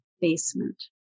basement